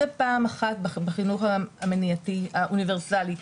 זה פעם אחת בחינוך המניעתי האוניברסלי.